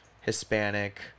Hispanic